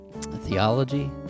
theology